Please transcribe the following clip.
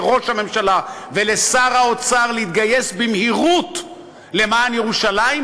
לראש הממשלה ולשר האוצר להתגייס במהירות למען ירושלים,